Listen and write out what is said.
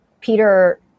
Peter